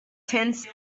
tense